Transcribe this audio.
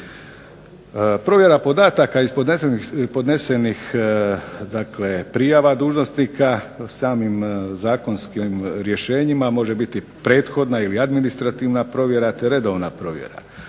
Provjera podataka iz podnesenih dakle prijava dužnosnika samim zakonskim rješenjima može biti prethodna ili administrativna provjera, te redovna provjera.